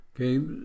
Okay